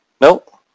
Nope